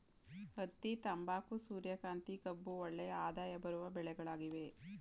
ಹತ್ತಿ, ತಂಬಾಕು, ಸೂರ್ಯಕಾಂತಿ, ಕಬ್ಬು ಒಳ್ಳೆಯ ಆದಾಯ ಬರುವ ಬೆಳೆಗಳಾಗಿವೆ